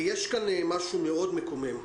יש כאן משהו מאוד מקומם.